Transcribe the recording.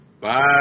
Bye